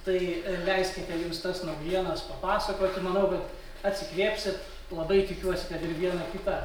tai leiskite jums tas naujienas papasakoti manau kad atsikvėpsit labai tikiuosi kad ir vieną kitą